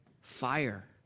Fire